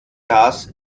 das